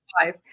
five